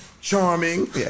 charming